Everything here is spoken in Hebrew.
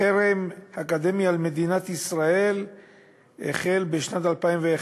החרם האקדמי על מדינת ישראל החל בשנת 2001,